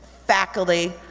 faculty,